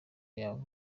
yawe